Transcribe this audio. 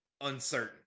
uncertain